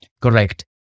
correct